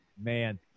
Man